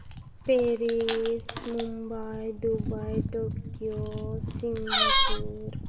Paris Mumbai Dubai Tokyo Singapore